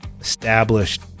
established